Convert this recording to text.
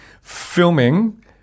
filming